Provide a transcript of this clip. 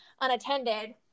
unattended